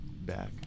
Back